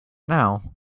now